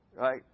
Right